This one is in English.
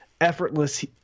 effortless